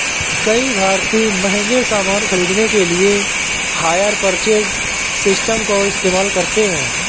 कई भारतीय महंगे सामान खरीदने के लिए हायर परचेज सिस्टम का इस्तेमाल करते हैं